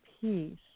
peace